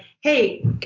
hey